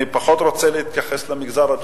והפעם אני פחות רוצה להתייחס למגזר הדרוזי,